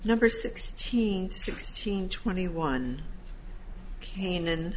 number sixteen sixteen twenty one canaan